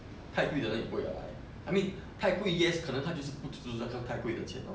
太贵的人也不会来 I mean 太贵 yes 可能他就是不值得那个太贵的钱 lor